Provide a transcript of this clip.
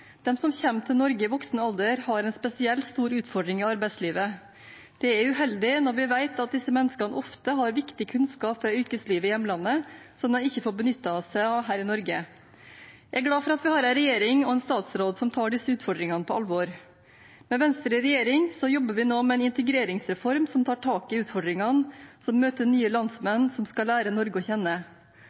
som kommer til Norge i voksen alder, har en spesielt stor utfordring i arbeidslivet. Det er uheldig når vi vet at disse menneskene ofte har viktig kunnskap fra yrkeslivet i hjemlandet som de ikke får benyttet seg av her i Norge. Jeg er glad for at vi har en regjering og en statsråd som tar disse utfordringene på alvor. Med Venstre i regjering jobber vi nå med en integreringsreform som tar tak i utfordringene som møter nye landsmenn som skal lære Norge å kjenne.